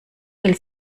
will